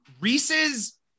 Reese's